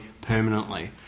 permanently